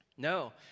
No